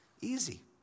easy